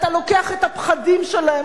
אתה לוקח את הפחדים שלהם,